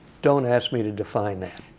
don't ask me to define that.